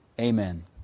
amen